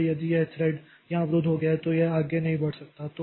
इसलिए यदि यह थ्रेड यहां अवरुद्ध हो गया तो यह आगे नहीं बढ़ सकता